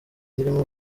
zirimo